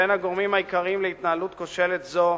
בין הגורמים העיקריים להתנהלות כושלת זו